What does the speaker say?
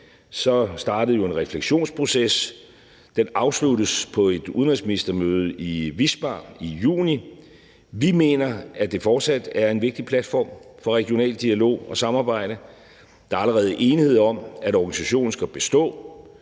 startede der jo en refleksionsproces. Den afsluttes på et udenrigsministermøde i Wismar i juni. Vi mener, at det fortsat er en vigtig platform for regional dialog og samarbejde. Der er allerede enighed om, at organisationen skal bestå,